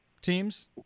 teams